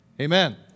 amen